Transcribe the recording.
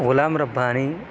Ghulam Rabbani